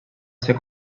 ser